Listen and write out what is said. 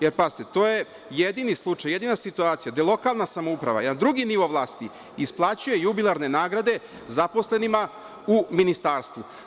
Jer, pazite, to je jedini slučaj, jedina situacija gde lokalna samouprava je drugi nivo vlasti, isplaćuje jubilarne nagrade zaposlenima u Ministarstvu.